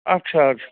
अच्छा अच्छा